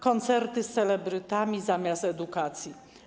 Koncerty z celebrytami zamiast edukacji.